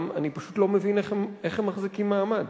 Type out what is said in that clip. אני פשוט לא מבין איך הם מחזיקים מעמד.